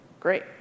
Great